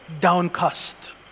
downcast